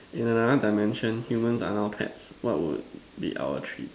in another dimension humans are now pets what would be our treats